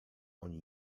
oni